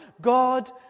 God